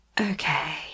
Okay